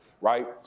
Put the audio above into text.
right